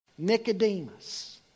Nicodemus